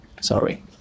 Sorry